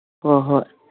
ꯍꯣꯏ ꯍꯣꯏ